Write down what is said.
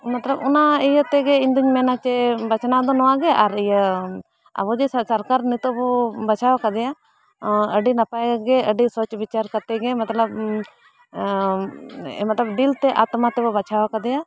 ᱢᱚᱛᱞᱚᱵ ᱚᱱᱟ ᱤᱭᱟᱹ ᱛᱮᱜᱮ ᱤᱧᱫᱩᱧ ᱢᱮᱱᱟ ᱡᱮ ᱵᱟᱪᱷᱱᱟᱣ ᱫᱚ ᱱᱚᱣᱟ ᱜᱮ ᱟᱨ ᱤᱭᱟᱹ ᱟᱵᱚ ᱡᱮ ᱥᱚᱨᱠᱟᱨ ᱱᱤᱛᱚᱜ ᱵᱚ ᱵᱟᱪᱷᱟᱣ ᱠᱟᱫᱮᱭᱟ ᱟᱹᱰᱤ ᱱᱟᱯᱟᱭ ᱜᱮ ᱟᱹᱰᱤ ᱥᱚᱪ ᱵᱤᱪᱟᱨ ᱠᱟᱛᱮ ᱜᱮ ᱢᱚᱛᱞᱚᱵ ᱢᱚᱛᱞᱚᱵ ᱫᱤᱞ ᱛᱮ ᱟᱛᱢᱟ ᱛᱮᱵᱚ ᱵᱟᱪᱷᱟᱣ ᱠᱟᱫᱮᱭᱟ